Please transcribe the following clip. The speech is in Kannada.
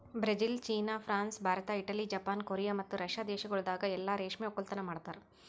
Brazil, China, France, Bharat, Italy, Japan, Korea ಮತ್ತ ರಷ್ಯಾ ದೇಶಗೊಳ್ದಾಗ್ ಎಲ್ಲಾ ರೇಷ್ಮೆ ಒಕ್ಕಲತನ ಮಾಡ್ತಾರ